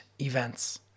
events